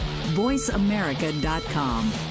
voiceamerica.com